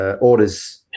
orders